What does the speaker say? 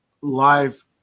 live